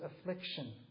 affliction